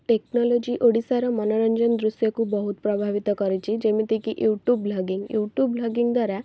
technology ଓଡ଼ିଶାର ମନୋରଞ୍ଜନ ଦୃଶ୍ୟକୁ ବହୁତ ପ୍ରଭାବିତ କରିଛି ଯେମିତିକି ୟୁଟୁବ୍ ଭ୍ଲଗିଙ୍ଗ୍ ୟୁଟୁବ୍ ଭ୍ଲଗିଙ୍ଗ୍ ଦ୍ୱାରା